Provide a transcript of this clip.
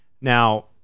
Now